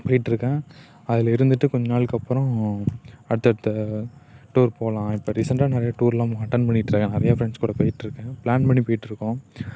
போயிட்ருக்கேன் அதில் இருந்துட்டு கொஞ்ச நாள்கப்புறோம் அடுத்தடுத்த டூர் போகலாம் இப்போ ரீசன்ட்டாக நிறைய டூர்லாம் அட்டண்ட் பண்ணிட்டுருக்கேன் நிறையா ஃப்ரெண்ட்ஸ் கூட போயிட்டிருக்கேன் ப்ளான் பண்ணி போயிட்டிருக்கோம்